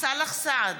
סאלח סעד,